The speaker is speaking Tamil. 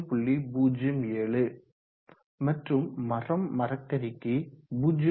07 மற்றும் மரம் மரக்கரிக்கு 0